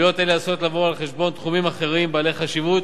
עלויות אלה עשויות לבוא על חשבון תחומים אחרים בעלי חשיבות